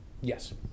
Yes